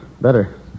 Better